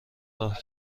راه